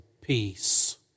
peace